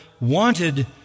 wanted